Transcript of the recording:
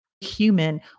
human